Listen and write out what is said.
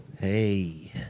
Hey